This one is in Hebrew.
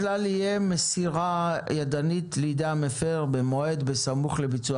הכלל יהיה מסירה ידנית לידי המפר במועד בסמוך לביצוע